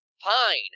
Fine